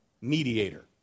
mediator